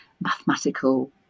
mathematical